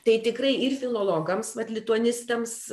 tai tikrai ir filologams vat lituanistams